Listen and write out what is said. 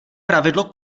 pravidlo